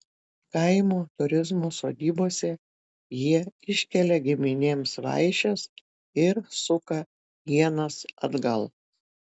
kaimo turizmo sodybose jie iškelia giminėms vaišes ir suka ienas atgal